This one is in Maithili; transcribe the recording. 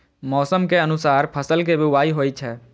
मौसम के अनुसार फसल के बुआइ होइ छै